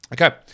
Okay